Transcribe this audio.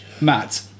Matt